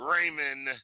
Raymond